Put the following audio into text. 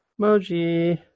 Emoji